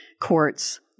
courts